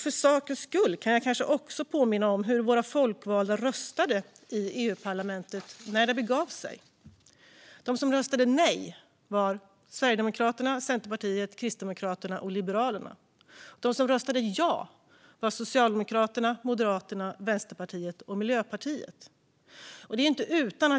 För sakens skull ska jag påminna om hur våra folkvalda röstade i EU-parlamentet när det begav sig. De som röstade nej var Sverigedemokraterna, Centerpartiet, Kristdemokraterna och Liberalerna. De som röstade ja var Socialdemokraterna, Moderaterna, Vänsterpartiet och Miljöpartiet.